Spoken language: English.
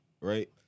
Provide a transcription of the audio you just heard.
Right